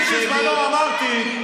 אני בזמנו אמרתי,